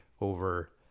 over